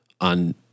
on